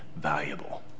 valuable